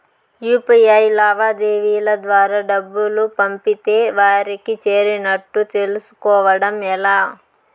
UPI లావాదేవీల ద్వారా డబ్బులు పంపితే వారికి చేరినట్టు తెలుస్కోవడం ఎలా?